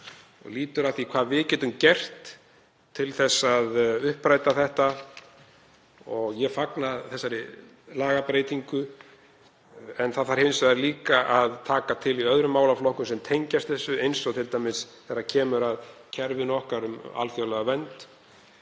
lýtur að því hvað við getum gert til að uppræta það. Ég fagna þessari lagabreytingu. En það þarf hins vegar líka að taka til í öðrum málaflokkum sem tengjast þessu, eins og t.d. þegar kemur að kerfinu okkar um alþjóðlega vernd.